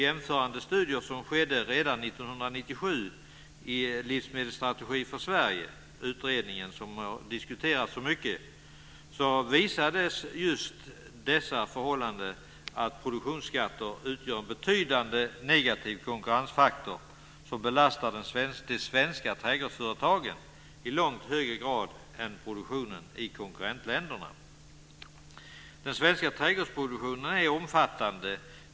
Jämförande studier som gjordes redan 1997 i den mycket diskuterade utredningen Livsmedelsstrategi för Sverige visade att produktionsskatter utgör en betydande negativ konkurrensfaktor, som belastar de svenska trädgårdsföretagen i långt högre grad än produktionen i konkurrentländerna. Den svenska trädgårdsproduktionen är omfattande.